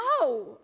no